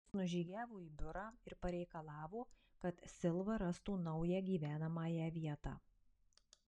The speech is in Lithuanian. jis nužygiavo į biurą ir pareikalavo kad silva rastų naują gyvenamąją vietą